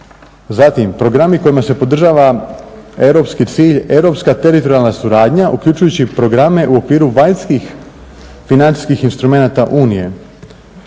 Zatim programi kojima se podržava europski cilj, europska teritorijalna suradnja uključujući programe u okviru vanjskih financijskih instrumenata Unije.